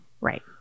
Right